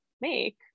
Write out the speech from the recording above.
make